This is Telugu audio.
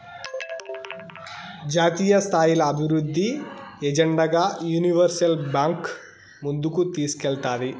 జాతీయస్థాయిల అభివృద్ధి ఎజెండాగా యూనివర్సల్ బాంక్ ముందుకు తీస్కేల్తాది